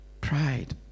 Pride